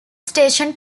station